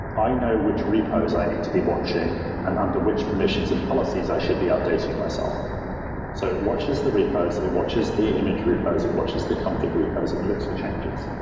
i know which repos i need to be watching and under which permissions and policies i should be updating myself so it watches the repos, it watches the image repos, it watches the config repos and looks for changes,